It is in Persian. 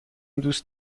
دوست